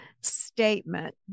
statement